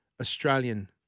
Australian